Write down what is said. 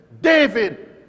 David